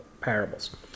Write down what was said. parables